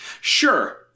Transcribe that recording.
Sure